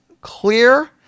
clear